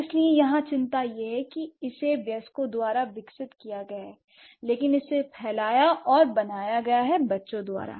इसलिए यहाँ चिंता यह है कि इसे वयस्कों द्वारा विकसित किया गया है लेकिन इसे फैलाया और बनाया गया है बच्चों द्वारा